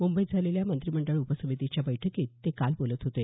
मुंबईत झालेल्या मंत्रीमंडळ उपसमितीच्या बैठकीत ते काल बोलत होते